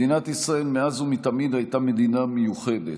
מדינת ישראל מאז ומתמיד הייתה מדינה מיוחדת,